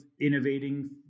innovating